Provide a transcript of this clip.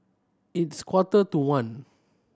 its quarter to one